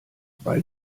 weil